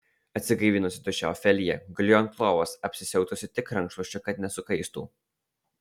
atsigaivinusi duše ofelija gulėjo ant lovos apsisiautusi tik rankšluosčiu kad nesukaistų